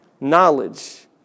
knowledge